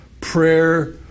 prayer